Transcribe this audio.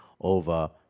over